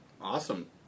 Awesome